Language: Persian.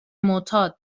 معتاد